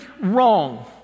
wrong